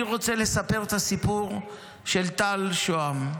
אני רוצה לספר את הסיפור של טל שהם,